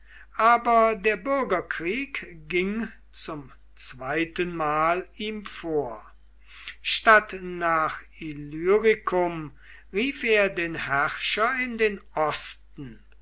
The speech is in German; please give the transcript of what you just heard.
aber der bürgerkrieg ging zum zweitenmal ihm vor statt nach illyricum rief er den herrscher in den osten